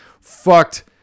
fucked